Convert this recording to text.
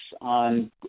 on